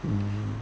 mm